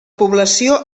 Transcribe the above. població